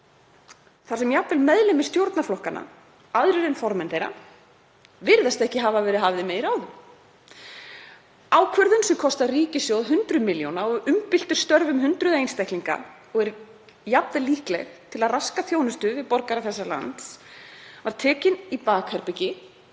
þar sem jafnvel meðlimir stjórnarflokkanna, aðrir en formenn þeirra, virðast ekki hafa verið hafðir með í ráðum. Ákvörðun sem kostar ríkissjóð hundruð milljóna og umbyltir störfum hundruð einstaklinga, og er jafnvel líkleg til að raska þjónustu við borgara þessa lands, var tekin í bakherbergi,